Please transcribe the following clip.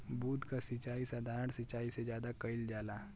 बूंद क सिचाई साधारण सिचाई से ज्यादा कईल जाला